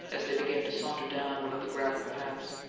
as they began to saunter down one of the gravelled paths.